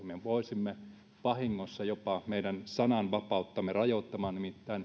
me voisimme vahingossa jopa meidän sananvapauttamme rajoittaa nimittäin